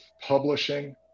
publishing